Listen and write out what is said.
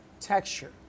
texture